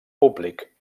públic